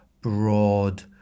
broad